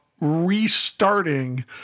restarting